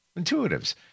intuitives